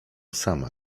sama